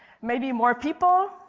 maybe more people,